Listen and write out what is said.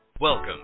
Welcome